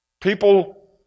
People